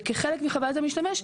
כחלק מחוויית המשתמש,